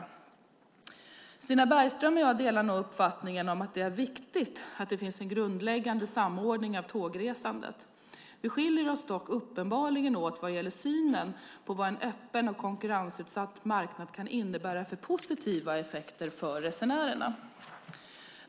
Stina Bergström och jag delar uppfattningen om att det är viktigt att det finns en grundläggande samordning av tågresandet. Vi skiljer oss dock uppenbarligen åt vad gäller synen på vad en öppen och konkurrensutsatt marknad kan innebära för positiva effekter för resenärerna.